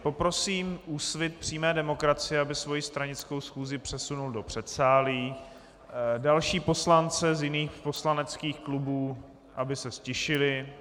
Poprosím Úsvit přímé demokracie, aby svoji stranickou schůzi přesunul do předsálí, další poslance z jiných poslaneckých klubů, aby se ztišili.